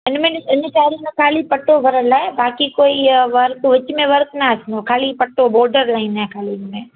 इन में इन साड़ी में ख़ाली पटो भरियलु आहे बाक़ी कोइ वर्क विचु में वर्क न अचिणो ख़ाली पटो बॉर्डर लाइन ऐं ख़ाली उन में